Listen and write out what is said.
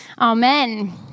Amen